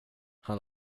han